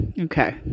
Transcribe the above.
Okay